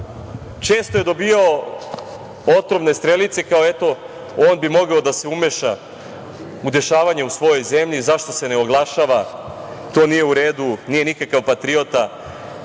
često je dobijao otrovne strelice, kao – eto, on bi mogao da se umeša u dešavanja u svojoj zemlji, zašto se ne oglašava, to nije u redu, nije nikakav patriota.